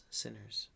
sinners